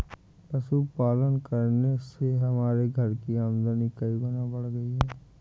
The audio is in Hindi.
पशुपालन करने से हमारे घर की आमदनी कई गुना बढ़ गई है